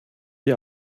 die